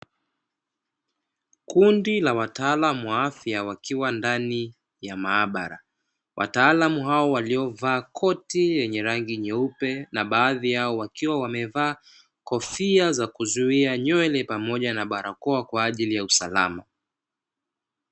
Kundi la wataalamu wa afya wakiwa ndani ya maabara, watalamu hao waliovaa koti lenye rangi nyeupe na baadhi yao wakwa wamevalia kofia za kuzuia nywele pamoja na barakoa kwa ajili ya usalama.